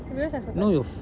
because I forgot